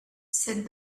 said